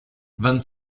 vingt